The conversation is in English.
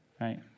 right